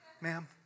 Ma'am